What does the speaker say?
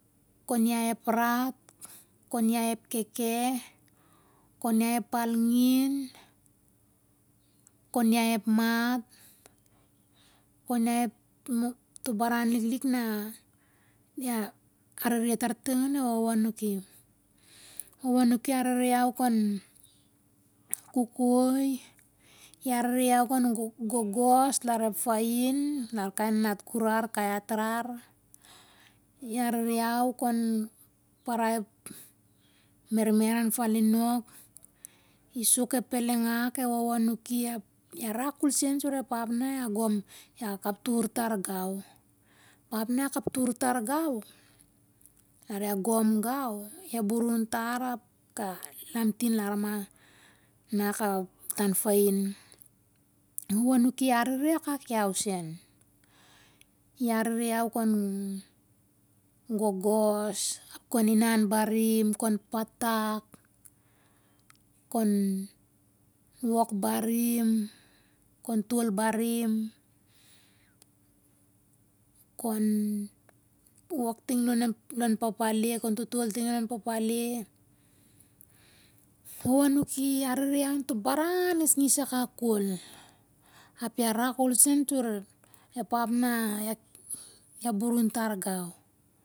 Kon yai ep ra't, kon yai ep keke, kon yai ep palingin, kon yai ep ma't, kon yai to' baran liklik. Arere tar ting one wowo anuki. E wowo anuki i arere iau kon ko'koi, i arere iau kon ggogos lar ep fain lar kai nanat gurar, ka i atrar. I arere iau kon parai ep mermer an falinak. I suk ep pelengak e wowo anuki. A rak kol sen sur ep ap na gom tar gau. Ap na kaptur tar gau, a gom gau, a burun tar ap ka lamtin lar na, na ka tan fain. E wowo anuki i arere akak iau sen. I arere iau kon gogos ap kon inan harim, kon patak, kon wok barim, kon to'l barim, kon wok ting lon papale, kon tutun ting lon papale. E wowo anuki i arere iau onto baran ngisngis akak ko'l. Ap a rak ko'l sen sur ep ap na burun tar gau